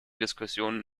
diskussionen